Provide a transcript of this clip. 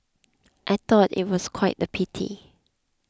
I thought it was quite a pity